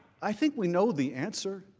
i think we know the answer?